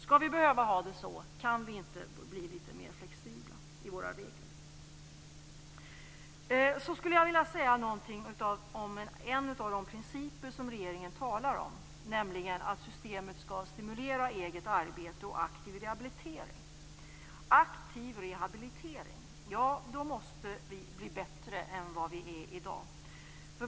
Skall vi behöva ha det så? Kan vi inte bli litet mer flexibla i våra regler? Så skulle jag vilja säga någonting om en av de principer som regeringen talar om, nämligen att systemet skall stimulera eget arbete och aktiv rehabilitering. Då måste vi bli bättre än vad vi är i dag.